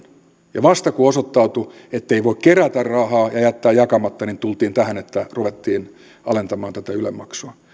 ja vasta kun osoittautui ettei voi kerätä rahaa ja ja jättää jakamatta tultiin tähän että ruvettiin alentamaan tätä yle maksua